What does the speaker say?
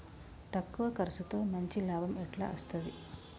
తక్కువ కర్సుతో మంచి లాభం ఎట్ల అస్తది?